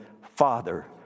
Father